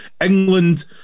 England